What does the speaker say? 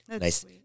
Nice